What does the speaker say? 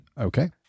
Okay